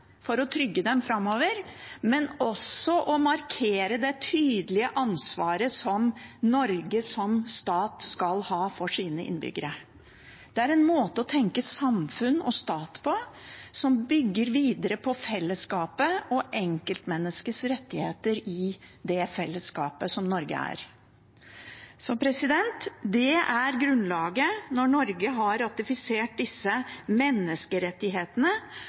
framover, men også å markere det tydelige ansvaret som Norge som stat skal ha for sine innbyggere. Det er en måte å tenke samfunn og stat på som bygger videre på fellesskapet og enkeltmenneskers rettigheter i det fellesskapet som Norge er. Det er grunnlaget for, når Norge har ratifisert menneskerettighetene,